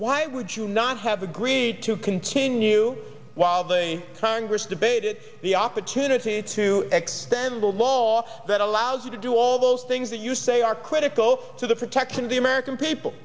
why would you not have agreed to continue while the congress debated the opportunity to extend the law that allows you to do all those things that you say are critical to the protection of the american people